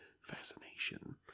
fascination